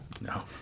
No